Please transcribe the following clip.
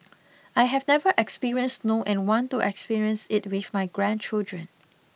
I have never experienced snow and want to experience it with my grandchildren